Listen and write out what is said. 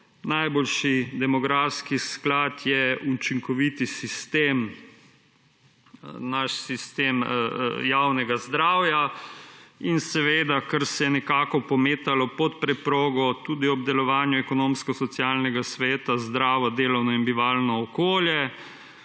najboljši demografski sklad je učinkovit sistem, naš sistem javnega zdravja in seveda kar se je nekako pometalo pod preprogo tudi ob delovanju Ekonomsko-socialnega sveta, zdravo delovno in bivalno okolje